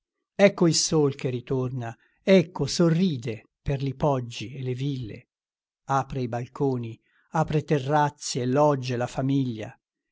ecco il sol che ritorna ecco sorride per li poggi e le ville apre i balconi apre terrazzi e logge la famiglia